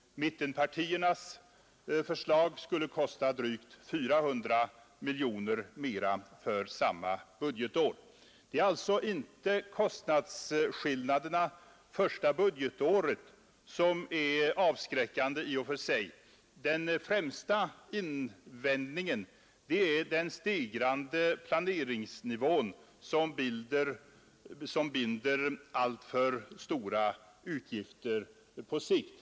Mittenpartiernas förslag skulle kosta drygt 400 miljoner mer för samma budgetår. Det är alltså inte kostnadsskillnaderna det första budgetåret som i och för sig är avskräckande. Den främsta invändningen är den stigande plancringsnivån som binder alltför stora utgifter på sikt.